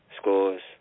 Scores